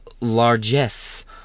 largesse